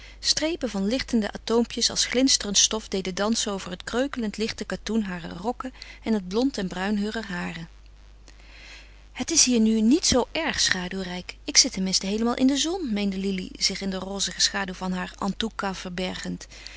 strepen van lichtende atoompjes als glinsterend stof deden dansen over het kreukelend lichte katoen harer rokken en het blond en bruin heurer haren het is hier nu niet zoo erg schaduwrijk ik zit ten minste heelemaal in de zon meende lili zich in de rozige schaduw van haar en tout cas verbergend